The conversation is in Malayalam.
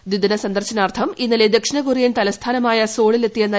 ദ്വിദിന സന്ദർശനാർത്ഥം ഇന്നലെ ദക്ഷിണ കൊറിയൻ തലസ്ഥാനമായ സോളിൽ എത്തിയ ശ്രീ